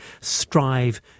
Strive